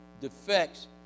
defects